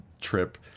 trip